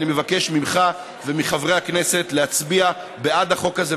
אני מבקש ממך ומחברי הכנסת להצביע בעד החוק הזה